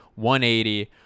180